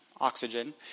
oxygen